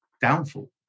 downfall